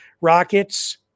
rockets